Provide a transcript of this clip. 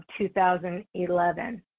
2011